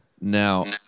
Now